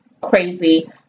crazy